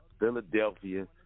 Philadelphia